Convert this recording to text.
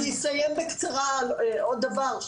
אני אסיים בקצרה על עוד דבר.